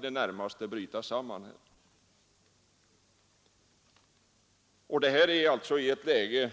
Detta i ett läge